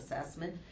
assessment